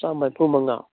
ꯆꯥꯝꯃ ꯃꯔꯐꯨ ꯃꯉꯥ